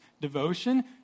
devotion